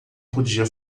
podia